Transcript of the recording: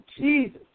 Jesus